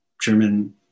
German